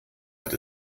hat